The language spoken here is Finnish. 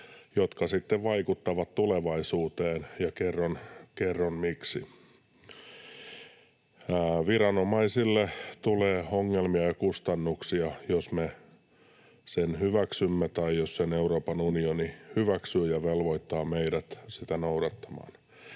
jotka sitten vaikuttavat tulevaisuuteen. Kerron, miksi. Viranomaisille tulee ongelmia ja kustannuksia, jos me sen hyväksymme tai jos sen Euroopan unioni hyväksyy ja velvoittaa meidät sitä noudattamaan.